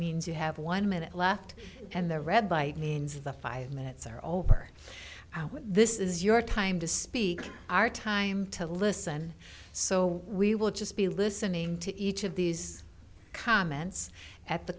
means you have one minute left and the red by means the five minutes are over this is your time to speak our time to listen so we will just be listening to each of these comments at the